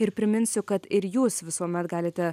ir priminsiu kad ir jūs visuomet galite